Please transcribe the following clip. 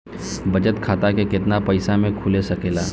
बचत खाता केतना पइसा मे खुल सकेला?